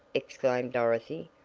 exclaimed dorothy.